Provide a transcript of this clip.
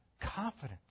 confidence